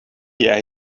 jij